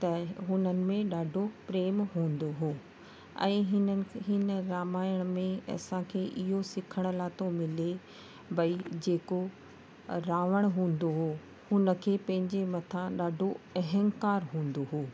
त हुननि में ॾाढो प्रेम हूंदो हो ऐं हिन हिन रामायण में असांखे इहो सिखण लाइ थो मिले बई जेको रावण हूंदो हो हुनखे पंहिंजे मथां ॾाढो अहंकार हूंदो हो